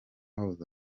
wabuze